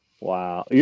Wow